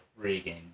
freaking